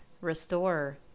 restore